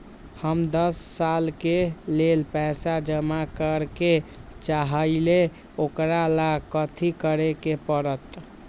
हम दस साल के लेल पैसा जमा करे के चाहईले, ओकरा ला कथि करे के परत?